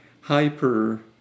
hyper